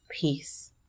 peace